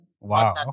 Wow